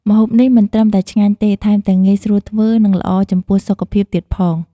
ម្ហូបនេះមិនត្រឹមតែឆ្ងាញ់ទេ ថែមទាំងងាយស្រួលធ្វើ និងល្អចំពោះសុខភាពទៀតផង។